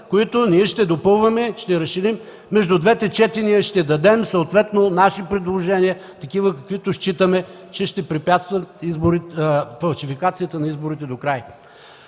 които ние ще допълваме, ще разширим и между двете четения ще дадем съответно такива наши предложения, каквито считаме, че ще препятстват фалшификацията на изборите докрай.